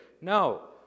No